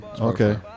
Okay